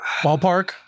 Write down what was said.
Ballpark